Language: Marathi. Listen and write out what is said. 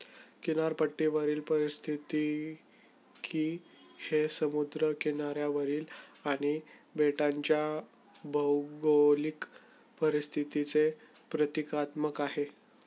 किनारपट्टीवरील पारिस्थितिकी हे समुद्र किनाऱ्यावरील आणि बेटांच्या भौगोलिक परिस्थितीचे प्रतीकात्मक आहे